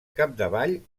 capdavall